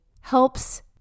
helps